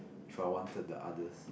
if I wanted the others